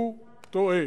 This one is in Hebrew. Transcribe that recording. הוא טועה.